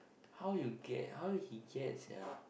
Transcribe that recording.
how you get how he get Sia